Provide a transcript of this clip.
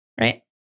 right